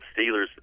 Steelers